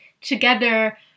together